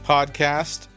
Podcast